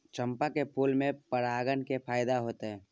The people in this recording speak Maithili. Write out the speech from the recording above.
चंपा के फूल में परागण से फायदा होतय?